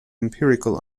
empirical